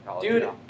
Dude